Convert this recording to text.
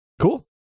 Cool